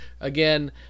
again